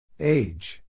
Age